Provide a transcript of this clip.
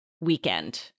weekend